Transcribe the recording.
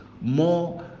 more